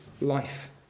life